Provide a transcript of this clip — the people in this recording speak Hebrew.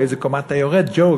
באיזו קומה אתה יורד, ג'ו?